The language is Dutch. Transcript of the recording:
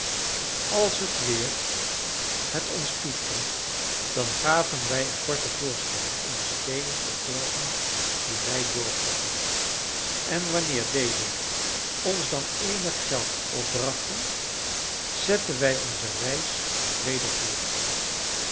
als het weer het ons toestond dan gaven wij een korte voorstelling in de steden of dorpen die wij doortrokken en wanneer deze ons dan eenig geld opbrachten zetten wij onze reis weder voort